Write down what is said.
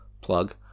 Plug